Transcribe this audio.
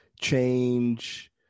Change